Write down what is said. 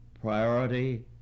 priority